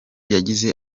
yagize